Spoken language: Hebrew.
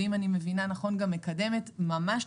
ואם אני מבינה נכון אז גם מקדמת ממש,